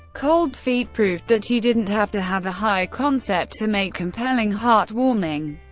cold feet proved that you didn't have to have a high concept to make compelling, heartwarming,